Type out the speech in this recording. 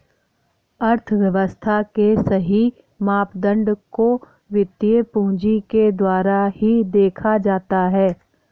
अर्थव्यव्स्था के सही मापदंड को वित्तीय पूंजी के द्वारा ही देखा जाता है